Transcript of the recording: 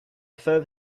third